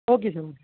okay தம்பி